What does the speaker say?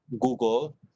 Google